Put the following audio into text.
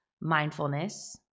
Mindfulness